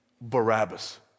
Barabbas